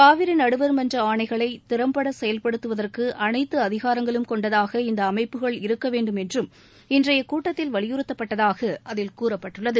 காவிரி நடுவர்மன்ற ஆணைகளை திறம்பட செயல்படுத்துவதற்கு அனைத்து அதிகாரங்களும் கொண்டதாக இந்த அமைப்புகள் இருக்க வேண்டும் என்றும் இன்றைய கூட்டத்தில் வலியுறுத்தப்பட்டதாக அதில் கூறப்பட்டுள்ளது